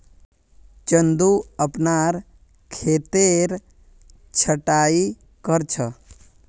चंदू अपनार खेतेर छटायी कर छ